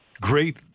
Great